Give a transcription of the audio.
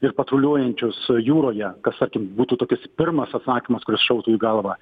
ir patruliuojančius jūroje kas tarkim būtų tokis pirmas atsakymas kuris šautų į galvą